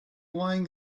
lying